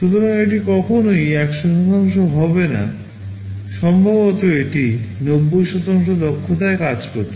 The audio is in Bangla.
সুতরাং এটি কখনই 100 হবে না সম্ভবত এটি 90 দক্ষতায় কাজ করছে